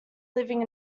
living